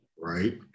right